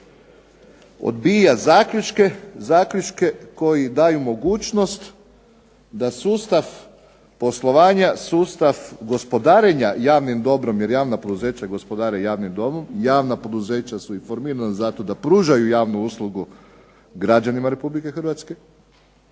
zaključke koji daju mogućnost da sustav poslovanja, sustav gospodarenja javnim dobrom, jer javna poduzeća gospodare javnim dobrom, javna poduzeća su i formirana zato da pružaju javnu uslugu građanima Republike Hrvatske,